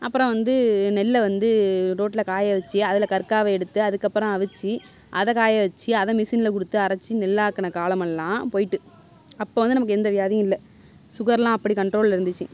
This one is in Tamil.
அப்புறம் வந்து நெல்லை வந்து ரோட்டில் காய வெச்சி அதில் கருக்காவ எடுத்து அதுக்கப்புறம் அவித்து அதை காய வெச்சி அதை மிஷினில் கொடுத்து அரைச்சி நெல் ஆக்கின காலமெல்லாம் போய்ட்டு அப்போ வந்து நமக்கு எந்த வியாதியும் இல்லை சுகர்லாம் அப்படி கன்ட்ரோலில் இருந்திச்சு